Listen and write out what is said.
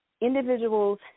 individuals